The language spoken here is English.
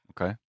Okay